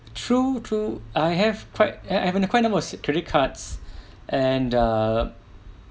true true I have quite I I have quite a number of credit cards and uh